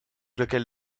lequel